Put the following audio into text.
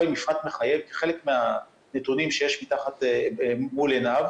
מפרט מחייב כחלק מהנתונים שיש מול עיניו,